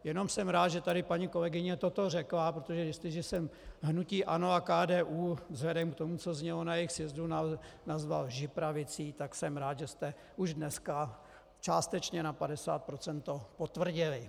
Jen jsem rád, že tu paní kolegyně toto řekla, protože jestliže jsem hnutí ANO a KDU vzhledem k tomu, co znělo na jejich sjezdu, nazval lžipravicí, tak jsem rád, že jste už dnes částečně na padesát procent to potvrdili.